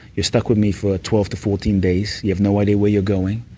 you're stuck with me for twelve to fourteen days. you have no idea where you're going.